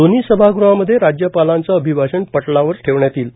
दोन्ही सभागृहामध्ये राज्यपालांचे अभिभाषण पटलावर ठेवण्यात येईल